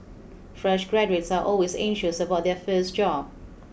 fresh graduates are always anxious about their first job